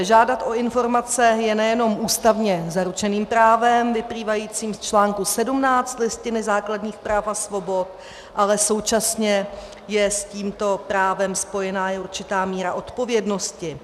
Žádat o informace je nejenom ústavně zaručeným právem vyplývajícím z článku 17 Listiny základních práv a svobod, ale současně je s tímto právem spojena i určitá míra odpovědnosti.